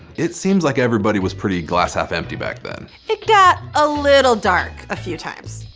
it seems like everybody was pretty glass half empty back then. it got a little dark a few times.